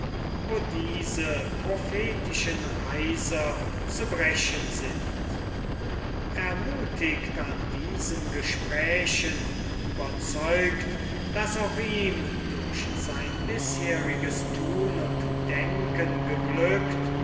wo diese prophetischen reiser zu brechen sind ermutigt an diesen gesprächen überzeugt daß auch ihm durch sein bisheriges tun und denken geglückt